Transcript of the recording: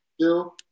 two